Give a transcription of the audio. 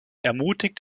ermutigt